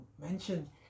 mention